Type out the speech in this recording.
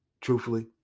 truthfully